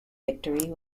victory